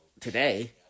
today